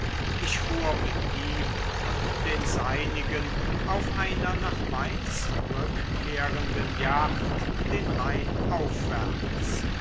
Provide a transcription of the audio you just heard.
ich fuhr mit ihm und den seinigen auf einer nach mainz rückkehrenden jacht den rhein aufwärts